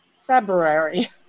February